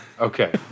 Okay